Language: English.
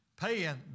paying